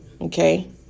Okay